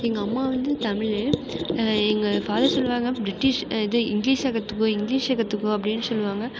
எங்கள் அம்மா வந்து தமிழ் எங்கள் ஃபாதர் சொல்லுவாங்க பிரிட்டிஷ் இதை இங்கிலீஷ் கற்றுக்கோ இங்கிலீஷை கற்றுக்கோ அப்படின்னு சொல்லுவாங்க